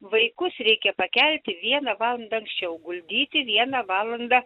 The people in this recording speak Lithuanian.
vaikus reikia pakelti vieną valandą anksčiau guldyti viena valanda